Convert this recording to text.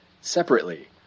separately